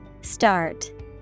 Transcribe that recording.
Start